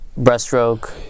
breaststroke